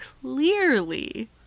clearly